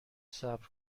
صبر